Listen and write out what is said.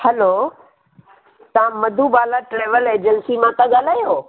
hello तव्हां Madhubala travel agency मां तां ॻाल्हायो